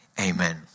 Amen